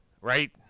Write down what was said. right